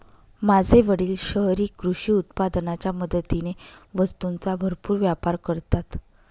माझे वडील शहरी कृषी उत्पादनाच्या मदतीने वस्तूंचा भरपूर व्यापार करतात